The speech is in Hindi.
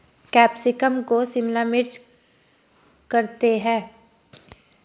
कैप्सिकम को शिमला मिर्च करते हैं